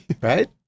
right